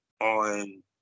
on